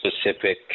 specific